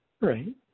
right